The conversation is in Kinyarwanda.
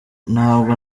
ntabwo